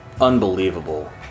Unbelievable